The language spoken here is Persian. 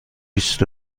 بیست